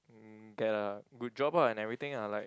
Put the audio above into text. mm get a good job ah and everything ah like